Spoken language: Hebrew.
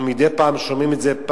אנחנו מדי פעם שומעים את זה,